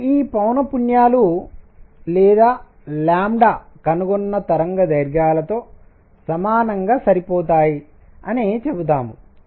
కాబట్టి ఈ పౌనఃపున్యాలు లేదా కనుగొన్న తరంగదైర్ఘ్యాలతో సమానంగా సరిపోతాయి అని చెబుదాం